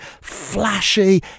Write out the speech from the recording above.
flashy